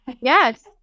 yes